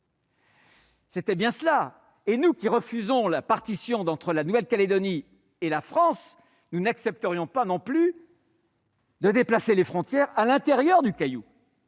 s'agissait. Nous qui refusons la partition entre la Nouvelle-Calédonie et la France, nous n'accepterons pas non plus de déplacer les frontières à l'intérieur du Caillou.